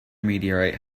meteorite